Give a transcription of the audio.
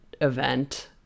event